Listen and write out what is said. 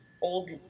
old